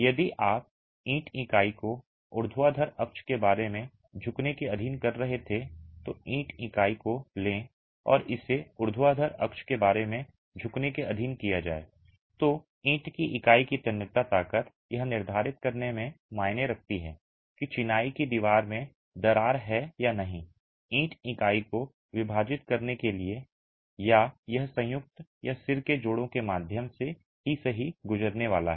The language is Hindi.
यदि आप ईंट इकाई को एक ऊर्ध्वाधर अक्ष के बारे में झुकने के अधीन कर रहे थे तो ईंट इकाई को लें और इसे एक ऊर्ध्वाधर अक्ष के बारे में झुकने के अधीन किया जाए तो ईंट इकाई की तन्यता ताकत यह निर्धारित करने में मायने रखती है कि चिनाई की दीवार में दरार है या नहीं ईंट इकाई को विभाजित करने के लिए या यह संयुक्त या सिर के जोड़ों के माध्यम से ही सही गुजरने वाला है